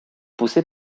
poussé